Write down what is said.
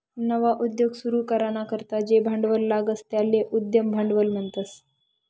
नवा उद्योग सुरू कराना करता जे भांडवल लागस त्याले उद्यम भांडवल म्हणतस